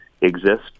exist